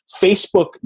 Facebook